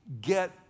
get